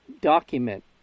document